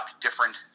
different